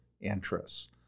interests